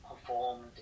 performed